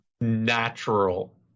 natural